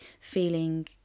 feeling